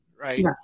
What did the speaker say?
right